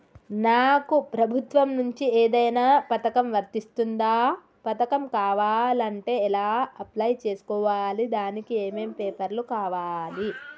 నాకు ప్రభుత్వం నుంచి ఏదైనా పథకం వర్తిస్తుందా? పథకం కావాలంటే ఎలా అప్లై చేసుకోవాలి? దానికి ఏమేం పేపర్లు కావాలి?